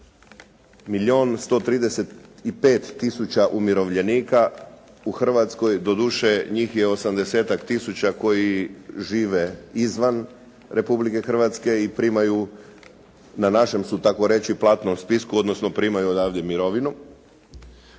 135 tisuća umirovljenika u Hrvatskoj, doduše njih je 80-tak tisuća koji žive izvan Republike Hrvatske i primaju, na našem su takoreći platnom spisku odnosno primaju odavde mirovinu.